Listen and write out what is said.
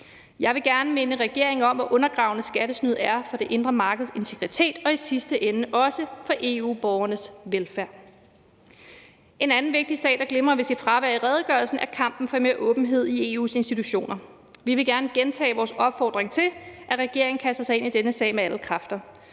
Jeg vil gerne minde regeringen om, hvor undergravende skattesnyd er for det indre markeds integritet og i sidste ende også for EU-borgernes velfærd. En anden vigtig sag, der glimrer ved sit fravær i redegørelsen, er kampen for mere åbenhed i EU's institutioner. Vi vil gerne gentage vores opfordring til, at regeringen kaster sig ind i denne sag med alle kræfter.